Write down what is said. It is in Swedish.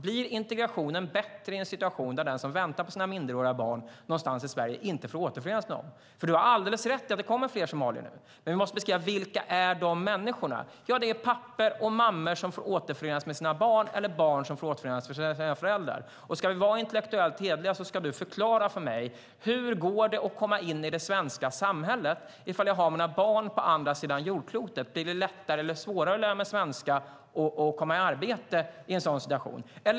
Blir integrationen bättre i en situation där den som någonstans i Sverige väntar på sina minderåriga barn inte får återförenas med dem? Du har alldeles rätt i att det nu kommer fler somalier. Men vi måste beskriva vilka de människorna är. Det är pappor och mammor som får återförenas med sina barn eller barn som får återförenas med sina föräldrar. Ska vi vara intellektuellt hederliga ska du förklara för mig: Hur går det att komma in i det svenska samhället ifall jag har mina barn på andra sidan jordklotet? Blir det lättare eller svårare att lära mig svenska och komma i arbete i en sådan situation?